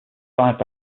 survived